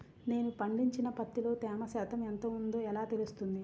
నేను పండించిన పత్తిలో తేమ శాతం ఎంత ఉందో ఎలా తెలుస్తుంది?